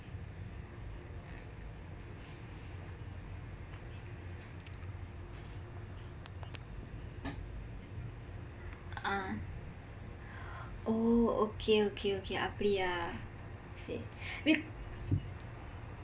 ah oh okay okay okay அப்படியா:appadiyaa be~